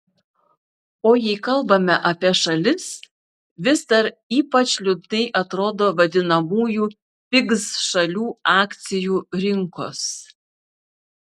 o jei kalbame apie šalis vis dar ypač liūdnai atrodo vadinamųjų pigs šalių akcijų rinkos